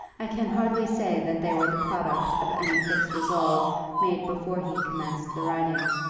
i can hardly say that they were the product of any fixed resolve made before he commenced the writing.